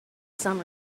some